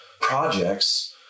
projects